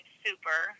super